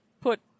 put